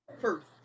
first